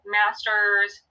master's